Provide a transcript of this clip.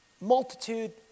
multitude